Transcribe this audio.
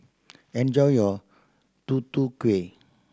enjoy your Tutu Kueh